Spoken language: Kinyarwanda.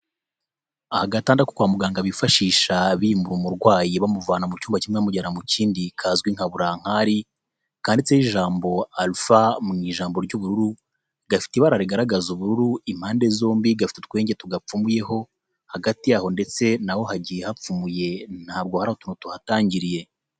Agatanda ko kwa muganga bifashisha bimura umurwayi, bamuvana mu cyumba kimwe bamujyana mu kindi, kazwi nka burankari. Kanditseho ijambo arufa mu ijambo ry'ubururu, gafite ibara rigaragaza ubururu impande zombi, gafite utwenge tugapfumuyeho, hagati yaho ndetse na ho hagiye hapfumuye; ntabwo hari utuntu tuhatangiriye.